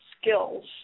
skills